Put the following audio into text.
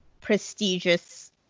prestigious